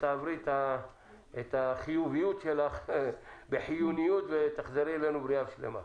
שתעברי את החיוביות שלך בחיונית ותחזרי אלינו בריאה ושלמה.